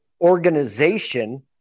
organization